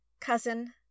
cousin